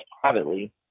privately